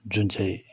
जुन चाहिँ